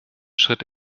schritt